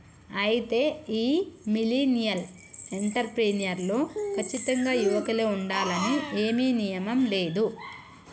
అయితే ఈ millennial entrepreneur లో కచ్చితంగా యువకులే ఉండాలని ఏమీ నియమం లేదు